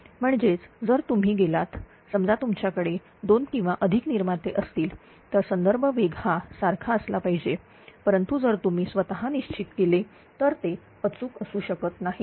म्हणजेच जर तुम्ही गेलात समजा तुमच्याकडे दोन किंवा अधिक निर्माते असतील तर संदर्भ वेग हा सारखा असला पाहिजे परंतु जर तुम्ही स्वतः निश्चित केले तर ते अचूक असू शकत नाही